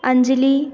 Anjali